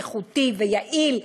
איכותי ויעיל,